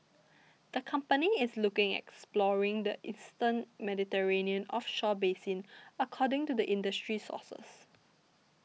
the company is looking at exploring the eastern Mediterranean offshore basin according to the industry sources